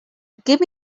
give